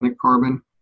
carbon